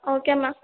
okay ma'am